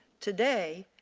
today,